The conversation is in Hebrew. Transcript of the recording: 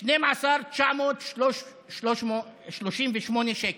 12,938 שקל.